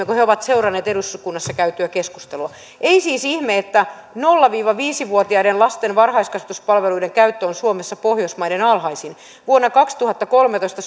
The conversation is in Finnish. kun he ovat seuranneet eduskunnassa käytyä keskustelua jota seuraavaksi luen ei siis ihme että nolla viiva viisi vuotiaiden lasten varhaiskasvatuspalveluiden käyttö on suomessa pohjoismaiden alhaisin vuonna kaksituhattakolmetoista